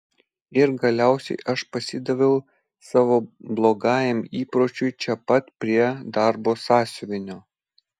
ir galiausiai aš pasidaviau savo blogajam įpročiui čia pat prie darbo sąsiuvinio